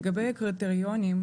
לגבי הקריטריונים,